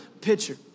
pitcher